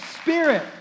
spirit